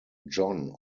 john